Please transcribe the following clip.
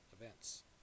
events